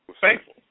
Faithful